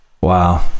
Wow